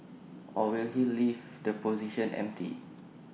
or will he leave the position empty